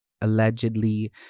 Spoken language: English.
Allegedly